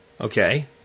okay